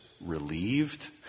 relieved